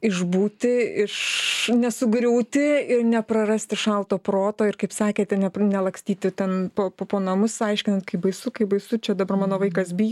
išbūti iš nesugriūti ir neprarasti šalto proto ir kaip sakėte nelakstyti ten po po namus aiškinant kaip baisu kaip baisu čia dabar mano vaikas bijo